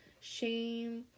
shame